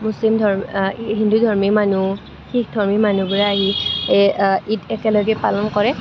মুছলিম ধৰ্মীয় হিন্দুধৰ্মী মানুহ শিখধৰ্মী মানুহবোৰে আহি এই ঈদ একেলগে পালন কৰে